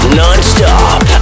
non-stop